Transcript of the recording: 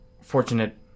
fortunate